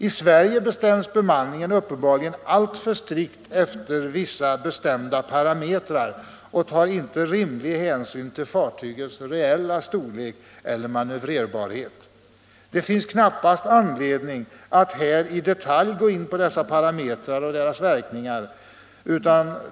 I Sverige bestäms bemanningen uppenbarligen alltför strikt efter vissa bestämda parametrar och tar inte rimlig hänsyn till fartygets reella storlek eller manöverbarhet. Det finns knappast anledning att här i detalj gå in på dessa parametrar och deras verkningar.